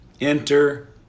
Enter